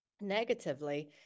negatively